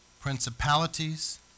principalities